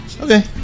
Okay